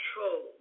control